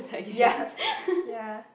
ya ya